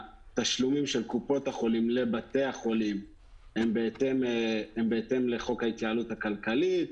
התשלומים של קופות החולים לבתי החולים הם בהתאם לחוק ההתייעלות הכלכלית,